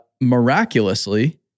Miraculously